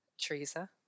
Teresa